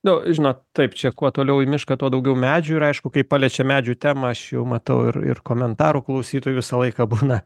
nu žinot taip čia kuo toliau į mišką tuo daugiau medžių ir aišku kai paliečiam medžių temą aš jau matau ir ir komentarų klausytojų visą laiką būna